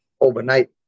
overnight